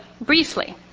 briefly